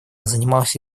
занимался